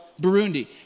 Burundi